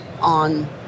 on